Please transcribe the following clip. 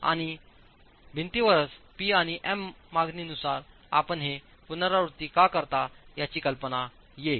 आणि भिंतीवरच P आणि M मागणीनुसार आपण हे पुनरावृत्ती का करता याची कल्पना येईल